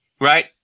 right